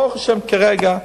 ברוך השם, כרגע,